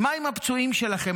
מה עם הפצועים שלכם?